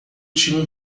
tinha